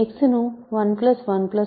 x సార్లు అని వ్రాయవచ్చు